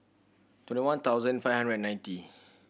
twenty one thousand five hundred and ninety